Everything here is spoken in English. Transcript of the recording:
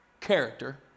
character